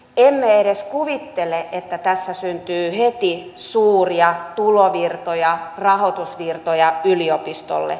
emme edes kuvittele että tässä syntyy heti suuria tulovirtoja rahoitusvirtoja yliopistolle